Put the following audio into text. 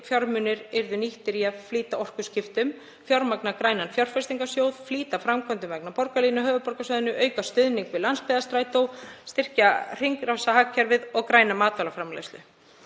fjármunir yrðu nýttir í að flýta orkuskiptum, fjármagna grænan fjárfestingarsjóð, flýta framkvæmdum vegna borgarlínu á höfuðborgarsvæðinu, auka stuðning við landsbyggðarstrætó, styrkja hringrásarhagkerfið og græna matvælaframleiðslu.